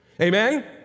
Amen